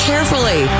Carefully